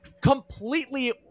completely –